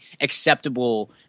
acceptable